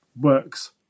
works